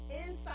inside